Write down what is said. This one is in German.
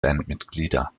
bandmitglieder